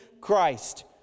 Christ